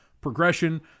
progression